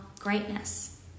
greatness